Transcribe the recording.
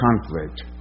conflict